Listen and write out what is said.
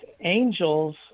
angels